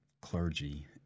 clergy